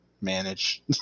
manage